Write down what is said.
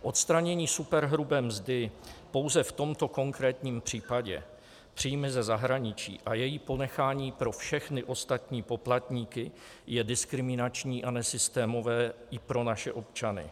Odstranění superhrubé mzdy pouze v tomto konkrétním případě příjmy ze zahraničí a její ponechání pro všechny ostatní poplatníky je diskriminační a nesystémové i pro naše občany.